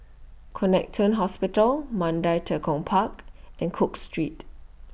Connexion Hospital Mandai Tekong Park and Cook Street